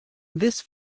this